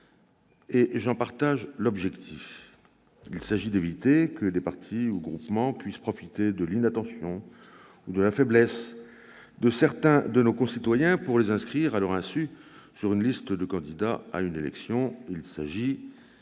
et j'en partage l'objectif : il s'agit d'éviter que des partis ou groupements puissent profiter de l'inattention ou de la faiblesse de certains de nos concitoyens pour les inscrire, à leur insu, sur une liste de candidats à une élection. Il y va du caractère